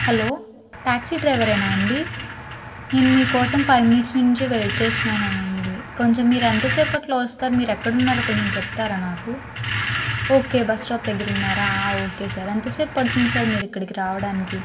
hello taxi డైవరేనా అండి నేను మీకోసం ఫైవ్ మినిట్స్ నుంచి వెయిట్ చేస్తున్నానండి కొంచెం మీరు ఎంత సేపట్లో వస్తారు మీరు ఎక్కడున్నారో కొంచెం చెప్తారా నాకు ఓకే బస్టాప్ దగ్గర ఉన్నారా ఓకే సార్ ఎంతసేపు పడుతుంది సార్ మీరు ఇక్కడికి రావడానికి